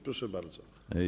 Proszę bardzo.